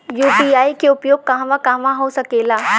UPI के उपयोग कहवा कहवा हो सकेला?